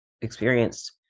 experienced